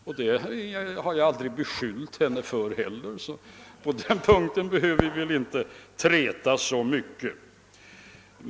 Det har jag heller aldrig beskyllt henne för, så på den punkten behöver vi inte träta så mycket.